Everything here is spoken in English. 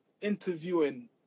interviewing